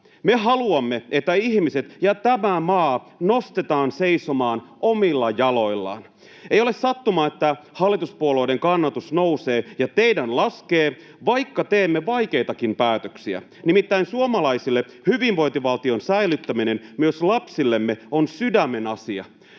Me haluamme, että ihmiset ja tämä maa nostetaan seisomaan omilla jaloillaan. Ei ole sattumaa, että hallituspuolueiden kannatus nousee ja teidän laskee, vaikka teemme vaikeitakin päätöksiä — nimittäin suomalaisille hyvinvointivaltion säilyttäminen myös lapsillemme on sydämenasia.